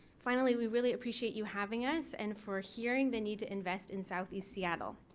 finally we really appreciate you having us and for hearing the need to invest in southeast seattle.